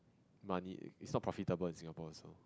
money is not profitable in Singapore also